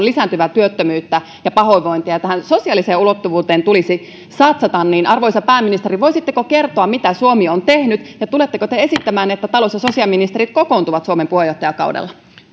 lisääntyvää työttömyyttä ja pahoinvointia tähän sosiaaliseen ulottuvuuteen tulisi satsata arvoisa pääministeri voisitteko kertoa mitä suomi on tehnyt ja tuletteko te esittämään että talous ja sosiaaliministerit kokoontuvat suomen puheenjohtajakaudella